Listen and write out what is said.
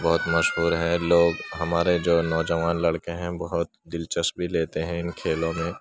بہت مشہور ہیں لوگ ہمارے جو نوجوان لڑکے ہیں بہت دلچسپی لیتے ہیں ان کھیلوں میں